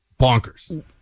bonkers